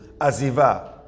Aziva